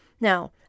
Now